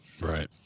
Right